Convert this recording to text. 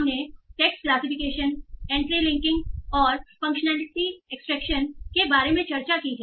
हमने text classification entry linking और functionality extraction के बारे में चर्चा की है